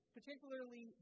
Particularly